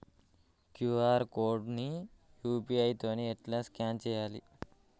QR code ని UPI తోని ఎట్లా స్కాన్ చేయాలి?